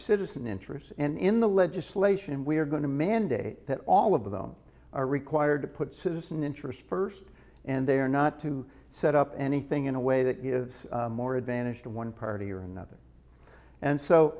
citizen interests and in the legislation we are going to mandate that all of them are required to put citizen interests first and they are not to set up anything in a way that gives more advantage to one party or another and so